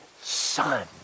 son